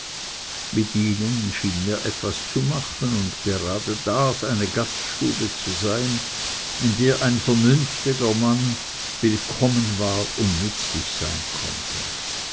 mit ihnen schien mir etwas zu machen und gerade das eine gaststube zu sein in der ein vernünftiger kluger mann willkommen war und nützlich sein konnte